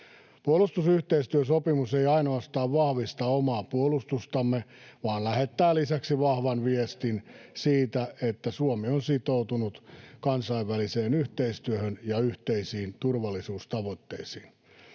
Puolustusyhteistyösopimus ei ainoastaan vahvista omaa puolustustamme vaan lähettää lisäksi vahvan viestin siitä, että Suomi on sitoutunut kansainväliseen yhteistyöhön ja yhteisiin turvallisuustavoitteisiin.